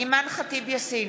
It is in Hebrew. אימאן ח'טיב יאסין,